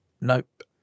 Nope